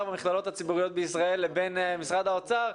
במכללות הציבוריות בישראל לבין משרד האוצר.